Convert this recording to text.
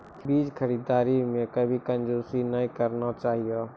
बीज खरीददारी मॅ कभी कंजूसी नाय करना चाहियो